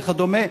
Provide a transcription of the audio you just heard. וכדומה,